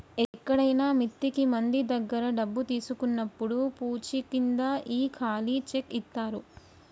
ఎక్కడైనా మిత్తికి మంది దగ్గర డబ్బు తీసుకున్నప్పుడు పూచీకింద ఈ ఖాళీ చెక్ ఇత్తారు